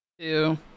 Two